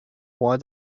why